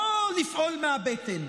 לא לפעול מהבטן.